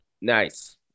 Nice